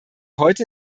heute